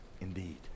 indeed